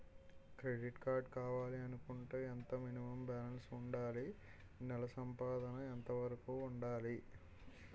Credit card కావాలి అనుకుంటే ఎంత మినిమం బాలన్స్ వుందాలి? నెల సంపాదన ఎంతవరకు వుండాలి?